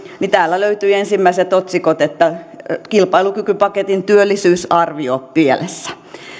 niin täältä löytyi ensimmäisenä otsikko kilpailukykypaketin työllisyysarvio pielessä